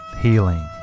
healing